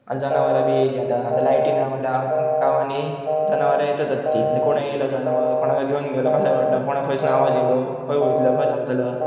आतां जनावरां बी येयलीं आतां लायटी ना म्हणल्यार गांवांनी जनावरां येतातच तीं कोण येयलो जनावर कोणाक घेवन गेलो कसां कळटलां कोणाक खंयसून आवाज येयलो खंय वयतलो खंय धांवतल